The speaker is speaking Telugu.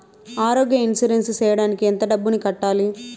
ఆరోగ్య ఇన్సూరెన్సు సేయడానికి ఎంత డబ్బుని కట్టాలి?